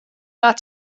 got